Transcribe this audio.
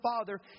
Father